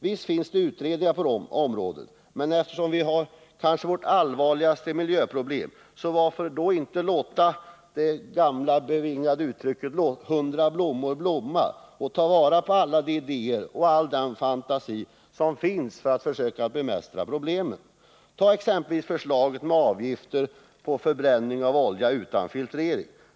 Visst finns det utredningar på området, men varför inte, eftersom vi här har vårt kanske allvarligaste miljöproblem, låta det gamla bevingade uttrycket låt hundra blommor blomma gälla genom att ta vara på alla de idéer och all den fantasi som finns för att försöka bemästra problemen. Ta exempelvis förslaget om avgifter på förbränning av olja utan filtrering.